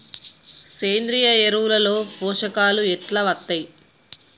సేంద్రీయ ఎరువుల లో పోషకాలు ఎట్లా వత్తయ్?